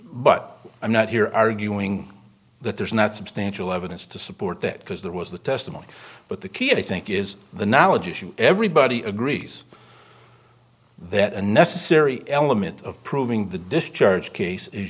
but i'm not here arguing that there's not substantial evidence to support that because that was the testimony but the key i think is the knowledge issue everybody agrees that a necessary element of proving the discharge case is